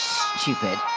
stupid